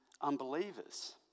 unbelievers